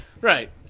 Right